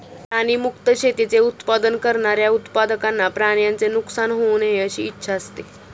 प्राणी मुक्त शेतीचे उत्पादन करणाऱ्या उत्पादकांना प्राण्यांचे नुकसान होऊ नये अशी इच्छा असते